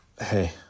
hey